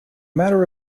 matter